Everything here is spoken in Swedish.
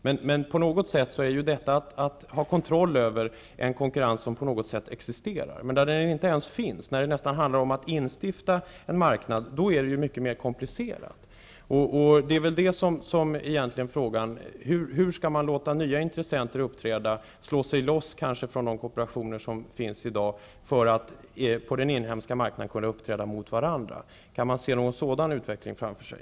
Men det gäller där ändå att ha kontroll över en konkurrens som på något sätt existerar. Men när den inte ens finns, när det nästan handlar om att skapa en marknad, är det mycket mer komplicerat. Frågan är då: Hur skall man låta nya intressenter uppträda? Skall de kanske slå sig loss från de kooperationer som i dag finns för att kunna uppträda mot varandra på den inhemska marknaden? Kan man se någon sådan utveckling framför sig?